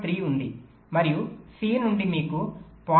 3 ఉంది మరియు C నుండి మీకు 0